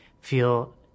feel